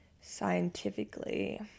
Scientifically